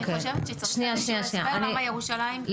אני חושבת שצריך לתת פה הסבר למה ירושלים --- שנייה,